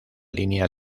línea